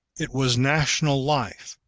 it was national life,